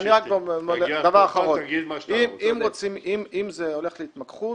אני רוצה להגיד דבר אחרון: אם זה הולך להתמקחות